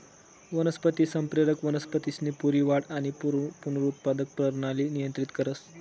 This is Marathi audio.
वनस्पती संप्रेरक वनस्पतीसनी पूरी वाढ आणि पुनरुत्पादक परणाली नियंत्रित करस